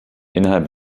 innerhalb